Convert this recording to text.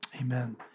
Amen